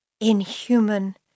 Inhuman